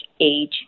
age